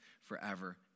forever